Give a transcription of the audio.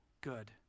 good